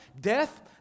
death